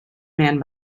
man